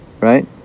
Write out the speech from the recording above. Right